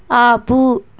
ఆపు